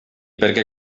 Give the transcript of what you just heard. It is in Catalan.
perquè